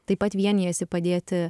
taip pat vienijasi padėti